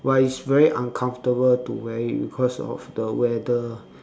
but it's very uncomfortable to wear it because of the weather